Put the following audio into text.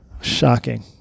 Shocking